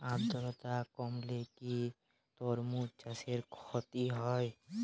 আদ্রর্তা কমলে কি তরমুজ চাষে ক্ষতি হয়?